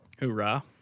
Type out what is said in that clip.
Hoorah